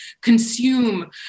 consume